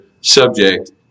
subject